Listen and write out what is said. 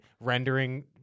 rendering